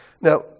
Now